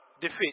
Defeat